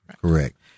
Correct